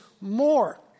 more